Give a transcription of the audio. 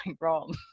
wrong